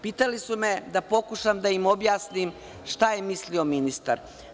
Pitali su me da pokušam da im objasnim šta je mislio ministar?